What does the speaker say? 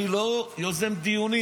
אני לא יוזם דיונים.